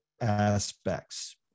aspects